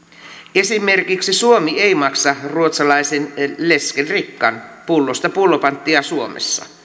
esimerkiksi suomi ei maksa ruotsalaisen läskedricka pullosta pullopanttia suomessa